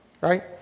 Right